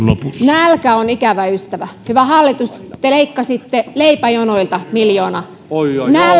nälkä on ikävä ystävä hyvä hallitus te leikkasitte leipäjonoilta miljoonan nälkä